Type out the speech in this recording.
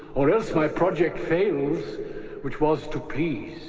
or else my project fails which was to please.